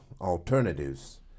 alternatives